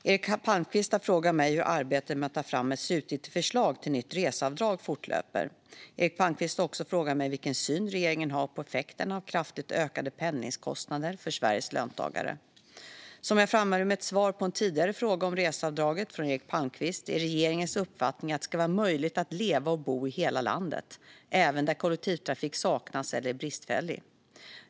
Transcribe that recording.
Fru talman! Eric Palmqvist har frågat mig hur arbetet med att ta fram ett slutgiltigt förslag till nytt reseavdrag fortlöper. Eric Palmqvist har också frågat mig vilken syn regeringen har på effekterna av kraftigt ökade pendlingskostnader för Sveriges löntagare. Som jag framhöll i mitt svar på en tidigare fråga om reseavdraget från Eric Palmqvist är regeringens uppfattning att det ska vara möjligt att leva och bo i hela landet, även där kollektivtrafik saknas eller är bristfällig.